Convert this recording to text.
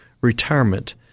retirement